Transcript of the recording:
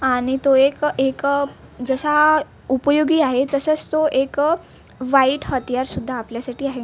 आणि तो एक एकं जसा उपयोगी आहे तसंस तो एकं वाईट हतियार सुद्धा आपल्यासाठी आहे